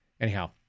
anyhow